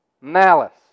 malice